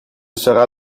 sera